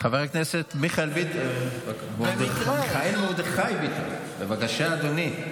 חבר הכנסת מיכאל מרדכי ביטון, בבקשה, אדוני.